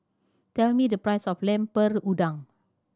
tell me the price of Lemper Udang